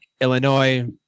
Illinois